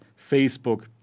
Facebook